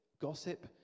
gossip